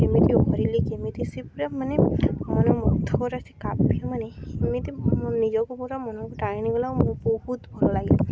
କେମିତି ହରିଲି କେମିତି ସେ ପୁରା ମାନେ ମନେ ମଧ୍ୟକରା ସେ କାବ୍ୟ ମାନେ ଏମିତି ନିଜକୁ ପୁରା ମନକୁ ଟାଣି ନେଇଗଲା ମୁଁ ବହୁତ ଭଲ ଲାଗିଲା